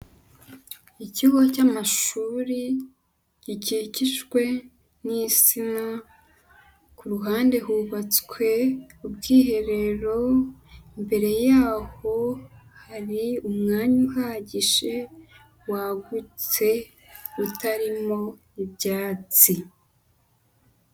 Ikigo cy'amashuri gikikijwe n'insina, ku ruhande hubatswe ubwiherero, imbere yaho, hari umwanya uhagije, wagutse, utarimo ibyatsi.